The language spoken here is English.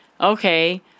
okay